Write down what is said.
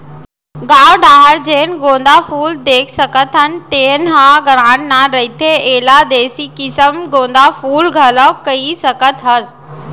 गाँव डाहर जेन गोंदा फूल देखथन तेन ह नान नान रहिथे, एला देसी किसम गोंदा फूल घलोक कहि सकत हस